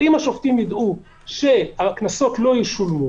וחשוב לנו רק לתת לכם כמה נקודות שאולי יסדרו